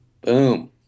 Boom